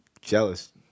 jealous